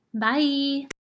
Bye